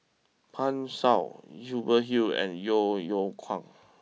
Pan Shou Hubert Hill and Yeo Yeow Kwang